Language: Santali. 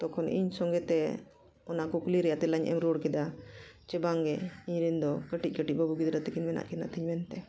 ᱛᱚᱠᱷᱚᱱ ᱤᱧ ᱥᱚᱸᱜᱮᱛᱮ ᱚᱱᱟ ᱠᱩᱠᱞᱤ ᱨᱮᱱᱟᱜ ᱛᱮᱞᱟᱧ ᱮᱢ ᱨᱩᱣᱟᱹᱲ ᱠᱮᱫᱟ ᱡᱮ ᱵᱟᱝᱜᱮ ᱤᱧᱨᱮᱱ ᱫᱚ ᱠᱟᱹᱴᱤᱡ ᱠᱟᱹᱴᱤᱡ ᱵᱟᱹᱵᱩ ᱜᱤᱫᱽᱨᱟᱹ ᱛᱟᱠᱤᱱ ᱢᱮᱱᱟᱜ ᱠᱤᱱᱟᱹ ᱛᱤᱧ ᱢᱮᱱᱛᱮ